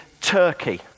Turkey